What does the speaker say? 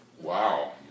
Wow